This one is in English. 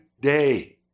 day